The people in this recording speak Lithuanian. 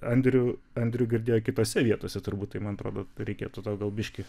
andrių andrių girdėjo kitose vietose turbūt tai man atrodo reikėtų tau gal biški